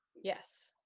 yes.